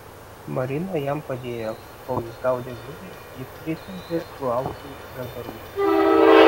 marina jam padėjo kol jis gaudė žuvį ji pritempė laužui žagarų